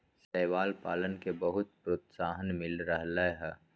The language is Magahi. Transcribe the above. शैवाल पालन के बहुत प्रोत्साहन मिल रहले है